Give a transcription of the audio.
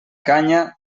canya